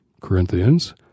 Corinthians